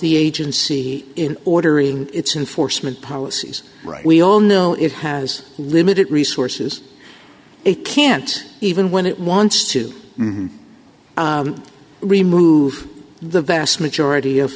the agency in ordering it's in foresman policies right we all know it has limited resources it can't even when it wants to remove the vast majority of